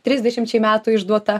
trisdešimčiai metų išduota